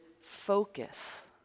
focus